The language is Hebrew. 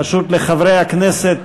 פשוט לחברי הכנסת